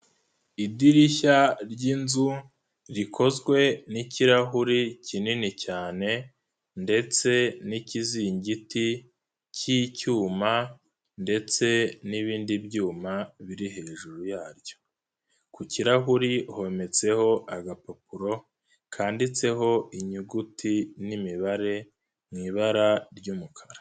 Idirishya ry'inzu rikozwe n'ikirahuri kinini cyane ndetse n'ikizingiti cy'icyuma ndetse n'ibindi byuma biri hejuru yaryo, ku kirahuri hometseho agapapuro kandiwanditseho inyuguti n'imibare mu'ibara ry'umukara.